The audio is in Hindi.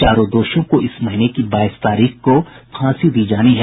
चारों दोषियों को इस महीने की बाईस तारीख को फांसी दी जानी है